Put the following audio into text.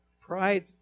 pride